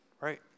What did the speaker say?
right